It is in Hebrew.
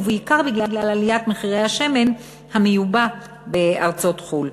ובעיקר בגלל עליית מחירי השמן המיובא בארצות חו"ל.